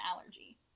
allergy